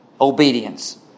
Obedience